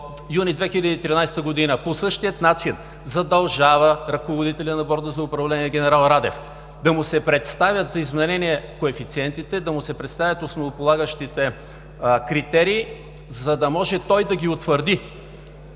юни 2013 г. по същия начин задължава ръководителя на Борда за управление – генерал Радев, да му се представят за изменение коефициентите, да му се представят основополагащите критерии, за да може той да ги утвърди.